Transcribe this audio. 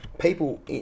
People